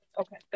okay